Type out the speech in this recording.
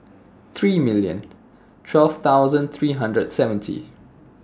three million twelve thousand three hundred seventy